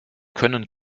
können